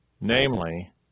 Namely